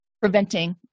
preventing